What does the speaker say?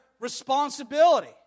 responsibility